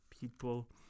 people